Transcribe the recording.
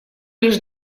лишь